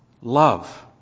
love